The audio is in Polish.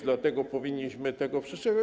Dlatego powinniśmy tego przestrzegać.